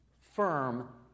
firm